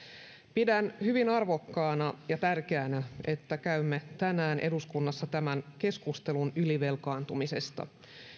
pidän hyvin arvokkaana ja tärkeänä sitä että käymme tänään eduskunnassa tämän keskustelun ylivelkaantumisesta